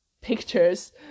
pictures